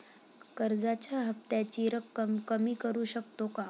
कर्जाच्या हफ्त्याची रक्कम कमी करू शकतो का?